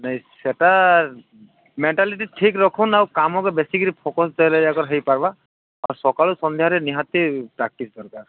ନାଇଁ ସେଟା ମେଣ୍ଟାଲିଟି ଠିକ ରଖୁନ୍ତୁ ଆଉ କାମ ତ ବେଶୀ କିରି ଫୋକସ୍ ଯାଇ ହେଇ ପାରିବା ଆଉ ସକାଳୁ ସନ୍ଧ୍ୟାରେ ନିହାତି ପ୍ରାକ୍ଟିସ୍ ଦରକାର